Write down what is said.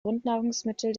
grundnahrungsmittel